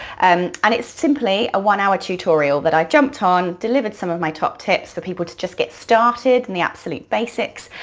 and and it's simply a one hour tutorial that i've jumped on, delivered some of my top tips for people to just get started on and the absolute basics,